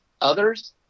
others